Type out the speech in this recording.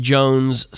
Jones